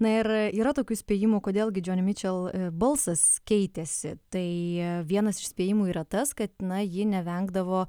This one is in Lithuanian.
na ir yra tokių spėjimų kodėl gi džioni mičel balsas keitėsi tai vienas iš spėjimų yra tas kad na ji nevengdavo